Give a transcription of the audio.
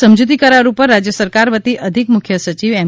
સમજૂતી કરાર ઉપર રાજ્ય સરકાર વતી અધિક મુખ્ય સચિવ એમ